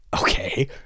Okay